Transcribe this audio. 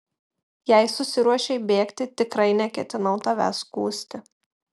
jei susiruošei bėgti tikrai neketinau tavęs skųsti